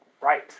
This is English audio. Right